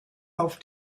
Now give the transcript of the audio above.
auf